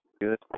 Good